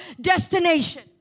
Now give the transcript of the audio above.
destination